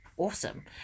awesome